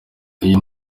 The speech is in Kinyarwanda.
uyu